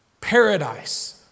Paradise